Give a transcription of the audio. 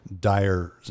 dire